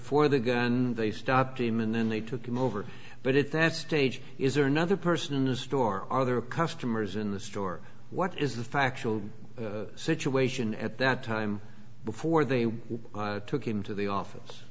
for the guy and they stopped him and then they took him over but at that stage is there another person in the store other customers in the store what is the factual situation at that time before they took him to the office